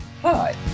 Hi